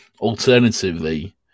Alternatively